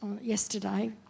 yesterday